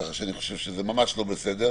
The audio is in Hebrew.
ככה שאני חושב שזה ממש לא בסדר.